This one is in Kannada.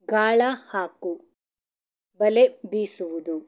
ಗಾಳ ಹಾಕು ಬಲೆ ಬೀಸುವುದು